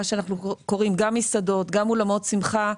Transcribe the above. מה שאנחנו קוראים גם מסעדות גם אולמות שמחה,